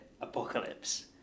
apocalypse